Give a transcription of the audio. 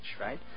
right